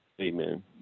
Amen